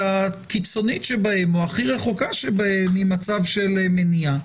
שהכי רחוקה שבהן היא מצב של מניעה.